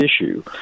issue